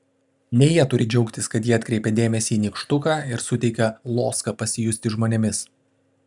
ne jie turi džiaugtis kad jie atkreipia dėmesį į nykštuką ir suteikia loską pasijusti žmonėmis